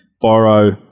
borrow